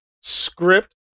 Script